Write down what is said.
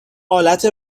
آلت